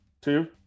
Two